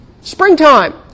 springtime